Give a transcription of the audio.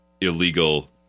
illegal